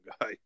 guy